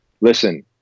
Listen